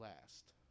last